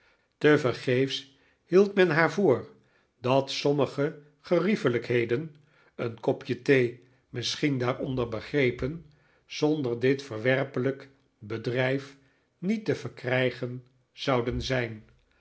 tevergeefs hield men haar voor dat sommige geriefelijkheden een kopje thee misschien daaronder begrepen zonder dit verwerpelijke bedrijf niet te verkrijgen zouden zijn